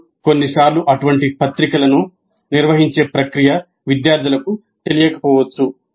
మరియు కొన్నిసార్లు అటువంటి పత్రికలను నిర్వహించే ప్రక్రియ విద్యార్థులకు తెలియకపోవచ్చు